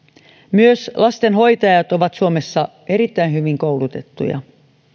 myös lastenhoitajat ovat suomessa erittäin hyvin koulutettuja